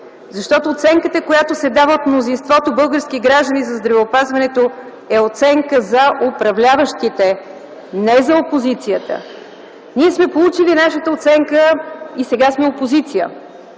защото оценката, която се дава от мнозинството български граждани за здравеопазването е оценка за управляващите, а не за опозицията! Ние сме получили нашата оценка и сега сме опозиция.